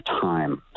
time